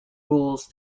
rules